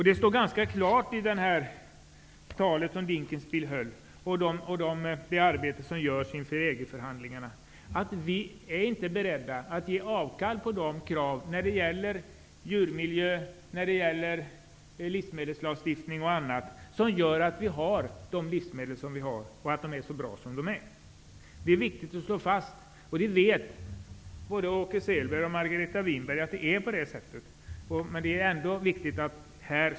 Det framgår ganska klart av det tal som Dinkelspiel höll och av det arbete som görs inom ramen för EG-förhandlingarna att vi inte är beredda att ge avkall på våra krav på djurmiljö, livsmedelslagstiftning och annat som gör att våra livsmedel är så bra som de är. Det är viktigt att slå fast detta, och både Åke Selberg och Margareta Winberg vet att det är så.